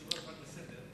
אדוני היושב-ראש, הצעה לסדר: